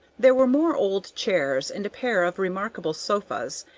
there were more old chairs and a pair of remarkable sofas,